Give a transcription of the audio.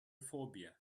phobia